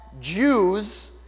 Jews